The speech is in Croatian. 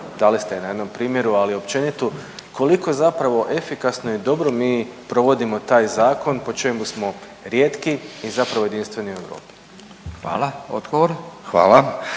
dali ste je na jednom primjeru, ali općenitu koliko zapravo efikasno i dobro provodimo taj zakon po čemu smo rijetki i zapravo jedinstveni u Europi. **Radin, Furio